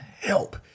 help